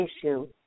issue